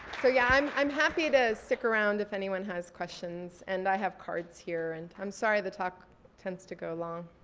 yeah i'm i'm happy to stick around if anyone has questions. and i have cards here and i'm sorry the talk tends to go long.